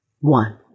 One